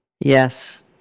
Yes